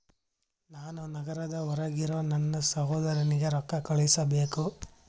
ನಾನು ನಗರದ ಹೊರಗಿರೋ ನನ್ನ ಸಹೋದರನಿಗೆ ರೊಕ್ಕ ಕಳುಹಿಸಬೇಕು